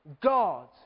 God